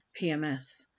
PMS